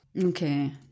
Okay